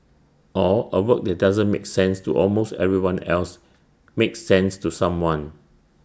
or A work that doesn't make sense to almost everyone else makes sense to someone